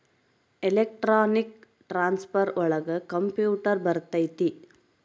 electronic transfer ಒಳಗ computer ಬರತೈತಿ